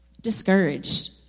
discouraged